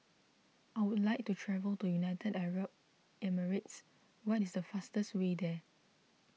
I would like to travel to United Arab Emirates what is the fastest way there